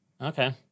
Okay